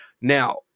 Now